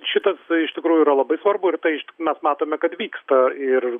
šitas iš tikrųjų yra labai svarbu ir tai mes matome kad vyksta ir